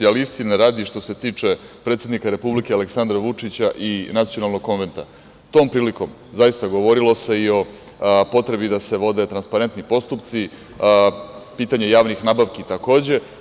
Istine radi, što se tiče predsednika Republike Aleksandra Vučića i Nacionalnog konventa, tom prilikom zaista se govorilo i o potrebi da se vode transparentni postupci, pitanje javnih nabavki takođe.